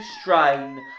strain